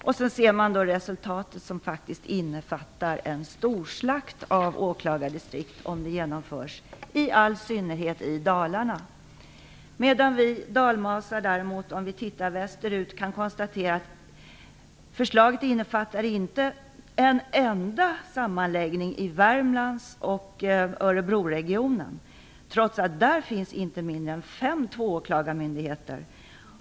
Sedan får man se resultatet som faktiskt innebär en storslakt av åklagardistrikt, om förslaget genomförs, i synnerhet i Om vi dalmasar däremot tittar västerut kan vi konstatera att förslaget inte innefattar en enda sammanläggning i Värmlands och Örebroregionen, trots att där finns inte mindre än fem tvååklagarmyndigheter.